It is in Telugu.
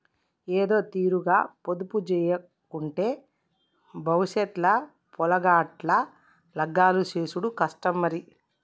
ఏదోతీరుగ పొదుపుజేయకుంటే బవుసెత్ ల పొలగాండ్ల లగ్గాలు జేసుడు కష్టం మరి